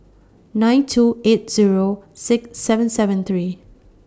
nine two eight Zero six seven seven three